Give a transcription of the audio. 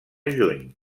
juny